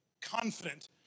confident